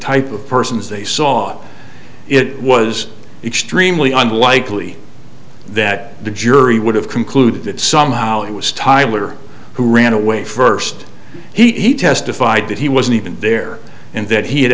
type of persons they saw it it was extremely unlikely that the jury would have concluded that somehow it was tyler who ran away first he testified that he wasn't even there and that he had